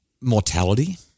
mortality